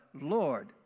Lord